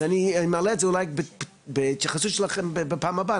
אז אני אעלה את זה אולי להתייחסות שלכם בפעם הבאה,